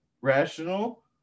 rational